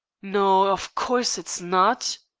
no, of course it's not,